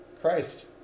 Christ